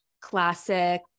classic